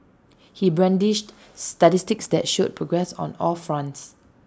he brandished statistics that showed progress on all fronts